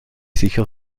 sicher